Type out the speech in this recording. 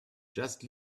just